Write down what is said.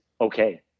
okay